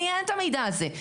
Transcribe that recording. לי אין את המידע הזה.